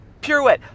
pirouette